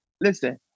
Listen